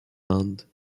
inde